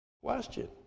question